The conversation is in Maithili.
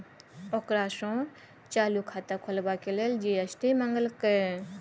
ओकरा सँ चालू खाता खोलबाक लेल जी.एस.टी मंगलकै